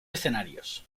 escenarios